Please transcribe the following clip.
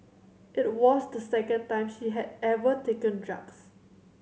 it was the second time she had ever taken drugs